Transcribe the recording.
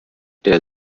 der